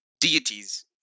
deities